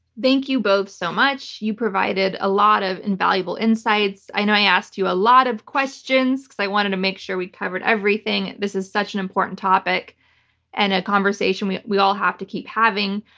thank you both so much. you provided a lot of invaluable insights. i know i asked you a lot of questions because i wanted to make sure we covered everything. this is such an important topic and a conversation we we all have to keep having.